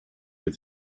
with